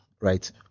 right